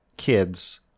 kids